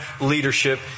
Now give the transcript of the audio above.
leadership